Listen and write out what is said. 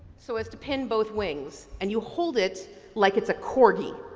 so as to pin both wings and you hold it like it's a corgi.